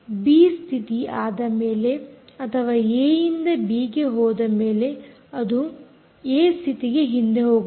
B ಸ್ಥಿತಿ ಆದಮೇಲೆ ಅಥವಾ ಏಯಿಂದ ಬಿಗೆ ಹೋದ ಮೇಲೆ ಅದು ಅದು ಏ ಸ್ಥಿತಿಗೆ ಹಿಂದೆ ಹೋಗುತ್ತದೆ